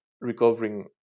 recovering